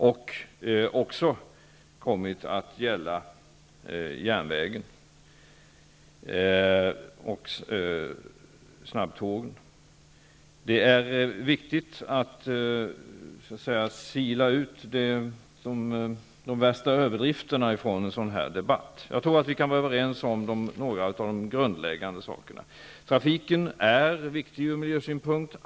De har också kommit att gälla järnvägen och snabbtågen. Det är viktigt att sila ut de värsta överdrifterna från debatten. Jag tror att vi kan vara överens om några av de grundläggande sakerna. Trafiken är viktig ur miljösynpunkt.